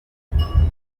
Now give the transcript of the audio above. bihaha